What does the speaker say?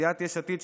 סיעת יש עתיד,